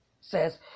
Says